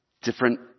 different